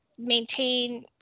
maintain